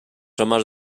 homes